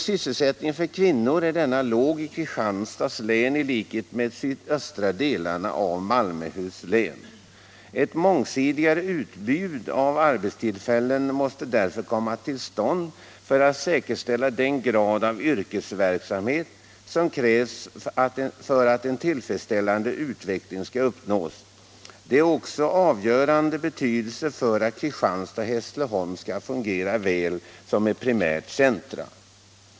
Sysselsättningen för kvinnor är låg i Kristianstads län i likhet med vad som är fallet i de sydöstra delarna av Malmöhus län. Ett mångsidigare utbud av arbetstillfällen måste därför komma till stånd för att man skall kunna säkerställa den grad av yrkesverksamhet som krävs för att en tillfredsställande utveckling skall uppnås. Detta är också av avgörande betydelse för att Kristianstad och Hässleholm skall kunna fungera som primärt centrum.